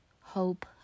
hope